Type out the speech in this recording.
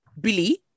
Billy